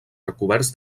recoberts